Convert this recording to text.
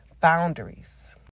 boundaries